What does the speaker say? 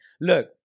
Look